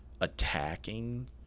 attacking